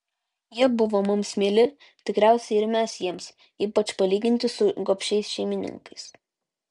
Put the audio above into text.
jie buvo mums mieli tikriausiai ir mes jiems ypač palyginti su gobšiais šeimininkais